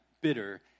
bitter